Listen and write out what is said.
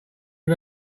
him